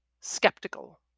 skeptical